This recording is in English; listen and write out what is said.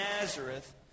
Nazareth